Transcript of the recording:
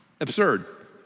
absurd